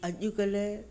अॼुकल्ह